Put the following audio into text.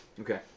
Okay